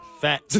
Fat